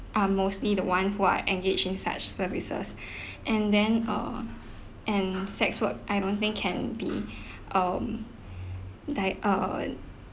are mostly the one who are engaged in such services and then err and sex work I don't think can be um di~ err